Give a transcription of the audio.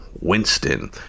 Winston